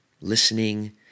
listening